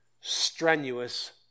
strenuous